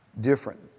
different